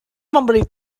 memberi